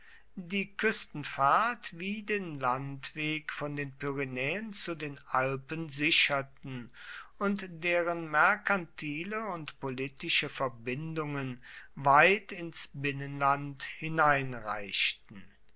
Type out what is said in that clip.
die küstenfahrt wie den landweg von den pyrenäen zu den alpen sicherten und deren merkantile und politische verbindungen weit ins binnenland